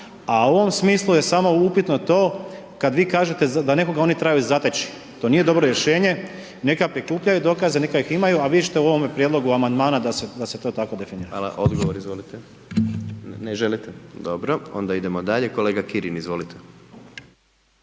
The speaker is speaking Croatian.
a u ovom smislu je samo upitno to kad vi kažete da nekoga oni trebaju zateći, to nije dobro rješenje, neka prikupljaju dokaze, neka ih imaju a vidjet ćete u ovom prijedlogu amandmana da se to to tako definira. **Jandroković, Gordan (HDZ)** Hvala. Odgovor, izvolite. Ne želite, dobro? Onda idemo dalje, kolega Kirin, izvolite.